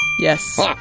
Yes